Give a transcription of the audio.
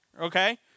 okay